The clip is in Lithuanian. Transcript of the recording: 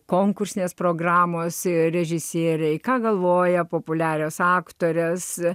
konkursinės programos režisieriai ką galvoja populiarios aktorės